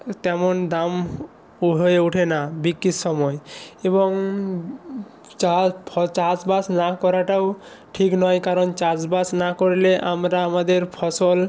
তেমন দাম হয়ে ওঠে না বিক্রির সময় এবং চাষবাস না করাটাও ঠিক নয় কারণ চাষবাস না করলে আমরা আমাদের ফসল